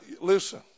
Listen